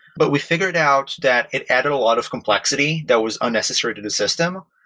but we figured out that it added a lot of complexity that was unnecessary to the system.